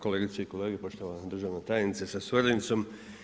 Kolegice i kolege, poštovana državna tajnice sa suradnicom.